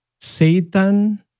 Satan